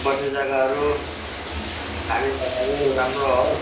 बस्ने जग्गाहरू खाने जग्गाहरू राम्रो हो